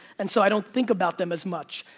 and so i don't think about them as much.